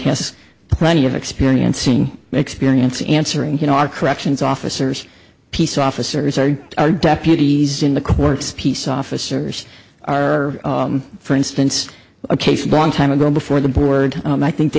has plenty of experiencing experience answering you know our corrections officers peace officers or our deputies in the courts peace officers are for instance a case one time ago before the board i think the